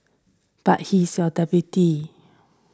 but he is your deputy